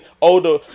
older